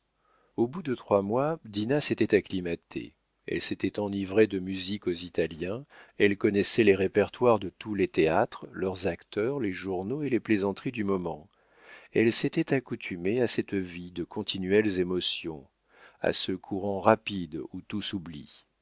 au bout de trois mois dinah s'était acclimatée elle s'était enivrée de musique aux italiens elle connaissait les répertoires de tous les théâtres leurs acteurs les journaux et les plaisanteries du moment elle s'était accoutumée à cette vie de continuelles émotions à ce courant rapide où tout s'oublie